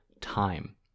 time